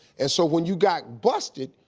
and so when you got busted,